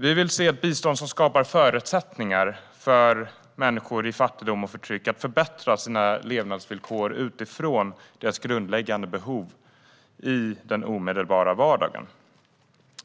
Vi vill se ett bistånd som skapar förutsättningar för människor i fattigdom och förtryck att förbättra sina levnadsvillkor utifrån deras grundläggande behov i den omedelbara vardagen.